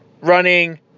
running